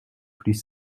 plus